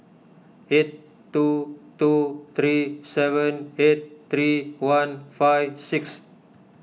eight two two three seven eight three one five six